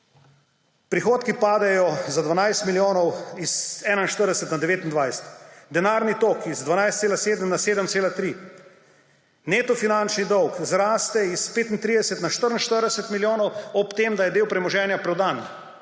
prihodki padejo za 12 milijonov, z 41 na 29, denarni tok z 12,7 na 7,3, neto finančni dolg zraste s 35 na 44 milijonov, ob tem da je del premoženja prodan.